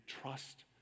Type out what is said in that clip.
trust